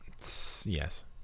Yes